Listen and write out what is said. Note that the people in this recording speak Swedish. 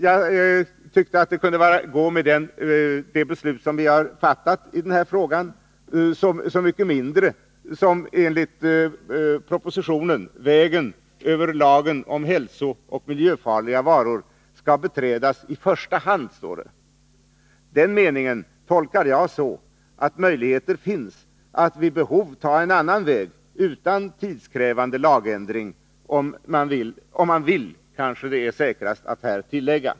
Jag tyckte att det kunde gå med det beslut som vi har fattat i den här frågan, eftersom vägen över lagen om hälsooch miljöfarliga varor skall beträdas i första hand, enligt propositionen. Den meningen tolkar jag så, att möjligheter finns att vid behov ta en annan väg utan tidskrävande lagändring — om man vill, är det kanske säkrast att tillägga.